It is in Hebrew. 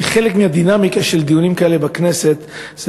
כי חלק מהדינמיקה של דיונים כאלה בכנסת היא